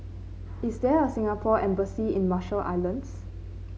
is there a Singapore Embassy in Marshall Islands